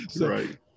Right